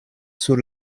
sur